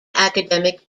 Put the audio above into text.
academic